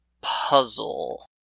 puzzle